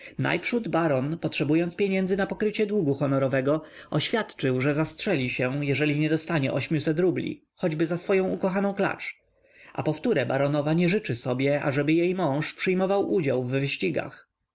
najprzód baron potrzebując pieniędzy na pokrycie długu honorowego oświadczył że zastrzeli się jeżeli nie dostanie ośmiuset rubli choćby za swoję ukochaną klacz a powtóre baronowa nie życzy sobie aby jej mąż przyjmował udział w wyścigach